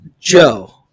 Joe